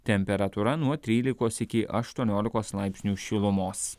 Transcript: temperatūra nuo trylikos iki aštuoniolikos laipsnių šilumos